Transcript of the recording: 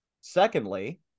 Secondly